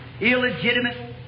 illegitimate